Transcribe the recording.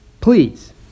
Please